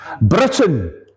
Britain